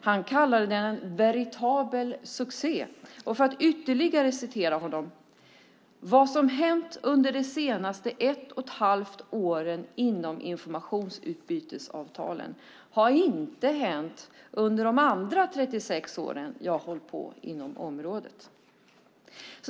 Han kallade det en "veritabel succé" och för att ytterligare citera honom: Vad som hänt under de senaste ett och ett halvt åren inom informationsutbytesavtalen har inte hänt under de andra 36 åren jag har hållit på inom området.